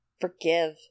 forgive